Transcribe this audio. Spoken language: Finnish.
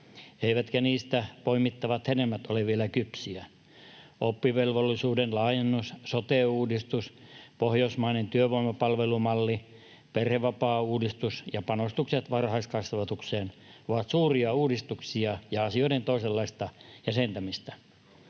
eivätkä niistä poimittavat hedelmät ole vielä kypsiä. Oppivelvollisuuden laajennus, sote-uudistus, pohjoismainen työvoimapalvelumalli, perhevapaauudistus ja panostukset varhaiskasvatukseen ovat suuria uudistuksia ja asioiden toisenlaista jäsentämistä.